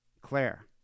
Claire